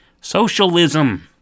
Socialism